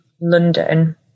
London